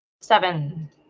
Seven